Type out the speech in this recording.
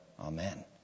Amen